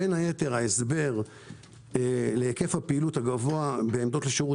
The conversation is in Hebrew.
ההסבר להיקף הפעילות הגבוה בעמדות לשירות